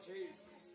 Jesus